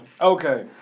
Okay